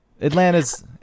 Atlanta's